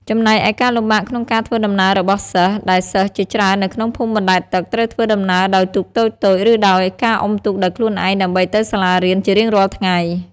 ចំណែកឯការលំបាកក្នុងការធ្វើដំណើររបស់សិស្ស ដែលសិស្សជាច្រើននៅក្នុងភូមិបណ្តែតទឹកត្រូវធ្វើដំណើរដោយទូកតូចៗ ឬដោយការអុំទូកដោយខ្លួនឯងដើម្បីទៅសាលារៀនជារៀងរាល់ថ្ងៃ។